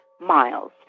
miles